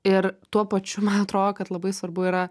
ir tuo pačiu man atrodo kad labai svarbu yra